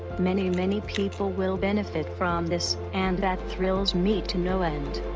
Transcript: many, many people will benefit from this and that thrills me to no end.